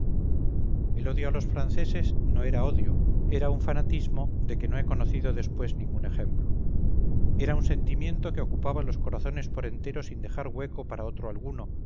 el odio a los franceses no era odio era un fanatismo de que no he conocido después ningún ejemplo era un sentimiento que ocupaba los corazones por entero sin dejar hueco para otro alguno